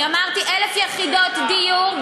אני אמרתי 1,000 יחידות דיור,